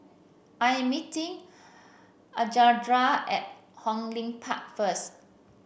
I am meeting Alejandra at Hong Lim Park first